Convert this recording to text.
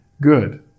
good